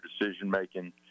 decision-making